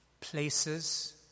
places